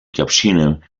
cappuccino